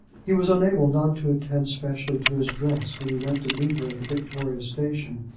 he was unable not to attend specially to his dress when he went to meet her at the victoria station.